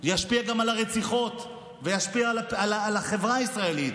זה ישפיע גם על הרציחות וישפיע גם על החברה הישראלית.